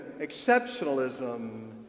exceptionalism